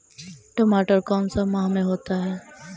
टमाटर कौन सा माह में होता है?